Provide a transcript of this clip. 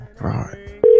Right